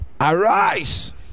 arise